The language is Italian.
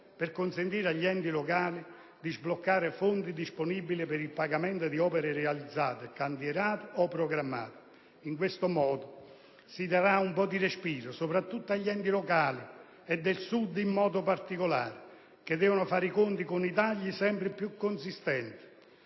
per consentire agli enti locali di sbloccare fondi disponibili per il pagamento di opere già realizzate, cantierate o programmate. In tal modo, si darà un po' di respiro, soprattutto agli enti locali del Sud, che devono fare i conti con tagli sempre più consistenti.